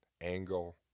angle